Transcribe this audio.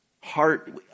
heart